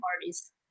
parties